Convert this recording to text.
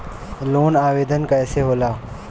Loan आवेदन कैसे होला?